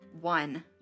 one